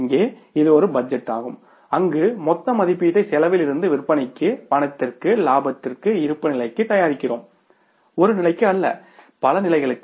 இங்கே இது ஒரு பட்ஜெட்டாகும் அங்கு மொத்த மதிப்பீட்டை செலவில் இருந்து விற்பனைக்கு பணத்திற்கு லாபத்திற்கு இருப்புநிலைக்குத் தயாரிக்கிறோம் ஒரு நிலைக்கு அல்ல பல நிலைகளுக்கு